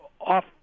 off